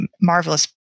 marvelous